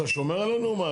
אתה שומר עלינו או מה?